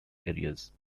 areas